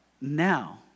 now